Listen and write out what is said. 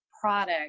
product